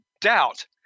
doubt